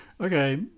Okay